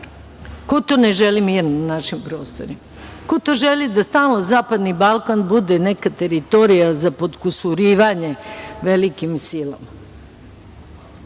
to? Ko to ne želi mir na našim prostorima? Ko to želi da stalno Zapadni Balkan bude neka teritorija za potkusurivanje velikim silama?